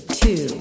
two